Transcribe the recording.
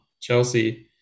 Chelsea